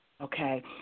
Okay